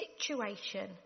situation